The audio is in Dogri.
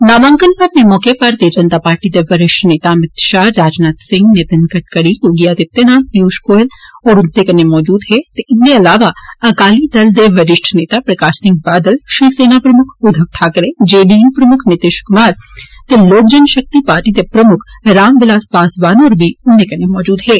नामांकन भरने मौके भारतीय जनता पार्टी दे विरिष्ठ नेता अमित शाह राजनाथ सिंह नितिन गड़करी योगी अदित्य नाथ पीयुष गोयल होर मौजूद हे इन्दे अलावा अकाली दल दे वरिष्ठ नेता प्रकाश सिंह बादल शिवसेना प्रमुक्ख Uddhav Thackeray J D U प्रमुक्ख नीतिश कुमार ते लोक जन शक्ति पार्टी दे प्रमुक्ख रामविलास पासवान होर मौजूद हे